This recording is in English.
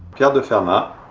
de de fermat.